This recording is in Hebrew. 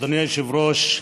אדוני היושב-ראש,